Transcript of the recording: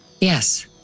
Yes